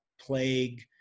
plague